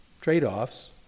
trade-offs